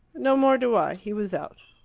no more do i. he was out.